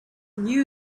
knew